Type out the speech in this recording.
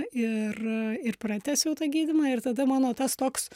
ir ir pratęsiau tą gydymą ir tada mano tas toks